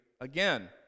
again